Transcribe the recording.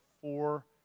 four